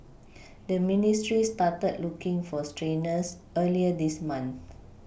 the ministry started looking for trainers earlier this month